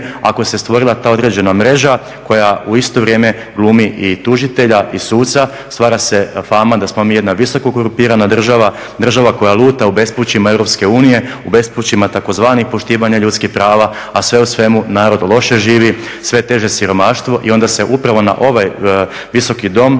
ako se stvorila ta određena mreža koja u isto vrijeme glumi i tužitelja i suca. Stvara se fama da smo mi jedna visoko korumpirana država, država koja luta u bespućima EU, u bespućima tzv. poštivanja ljudskih prava a sve u svemu narod loše živi, sve je teže siromaštvo. I onda se upravo na ovaj visoki dom,